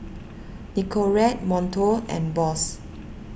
Nicorette Monto and Bose